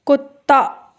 कुत्ता